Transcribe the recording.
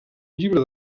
llibre